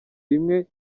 rimwe